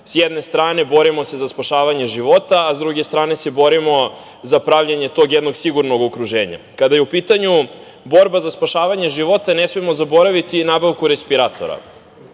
Sa jedne strane borimo se za spašavanje života, a sa druge strane se borimo za pravljenje tog jednog sigurnog okruženja. Kada je u pitanju borba za spašavanje života ne smemo zaboraviti nabavku respiratora.